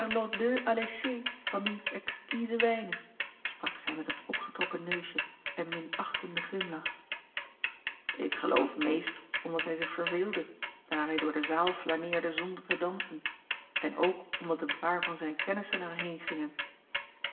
van diens exquise wijnen a l g bosboom-toussaint langs een omweg sprak zij met een opgetrokken neusje en minachtenden glimlach ik geloof meest omdat hij zich verveelde daar hij door de zaal flaneerde zonder te dansen en ook omdat een paar van zijne kennissen er heen gingen